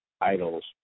idols